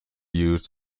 used